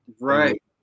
Right